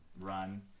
run